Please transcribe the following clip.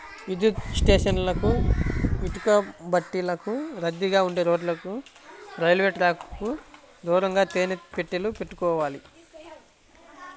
విద్యుత్ స్టేషన్లకు, ఇటుకబట్టీలకు, రద్దీగా ఉండే రోడ్లకు, రైల్వే ట్రాకుకు దూరంగా తేనె పెట్టెలు పెట్టుకోవాలి